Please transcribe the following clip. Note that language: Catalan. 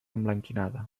emblanquinada